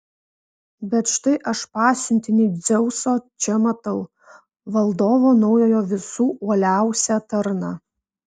bet štai aš pasiuntinį dzeuso čia matau valdovo naujojo visų uoliausią tarną